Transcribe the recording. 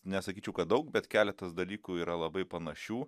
nesakyčiau kad daug bet keletas dalykų yra labai panašių